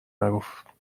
نگفت